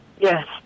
Yes